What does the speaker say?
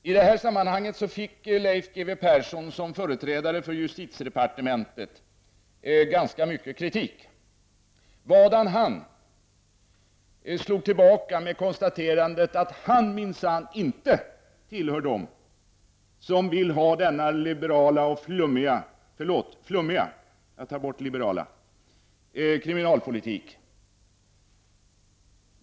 I detta sammanhang fick Leif G W Persson, som företrädare för justitiedepartementet, ganska mycket kritik, vadan han slog tillbaka genom att konstatera att han minsann inte tillhör dem som vill ha denna flummiga kriminalpolitik.